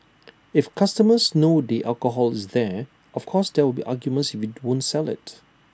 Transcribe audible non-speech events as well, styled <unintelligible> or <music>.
if customers know the alcohol is there of course there will be arguments <unintelligible> won't sell IT